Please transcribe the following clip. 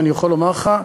ואני יכול לומר לך,